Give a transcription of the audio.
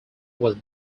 was